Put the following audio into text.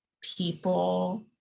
people